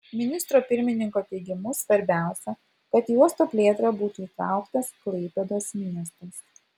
ministro pirmininko teigimu svarbiausia kad į uosto plėtrą būtų įtrauktas klaipėdos miestas